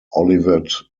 olivet